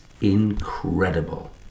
incredible